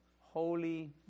holy